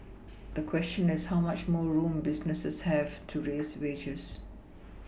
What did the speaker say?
the question is how much more room businesses have to raise wages